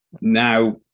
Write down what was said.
Now